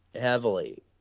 heavily